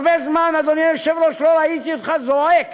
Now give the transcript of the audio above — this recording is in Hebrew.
הרבה זמן, אדוני היושב-ראש, לא ראיתי אותך זועק